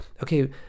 okay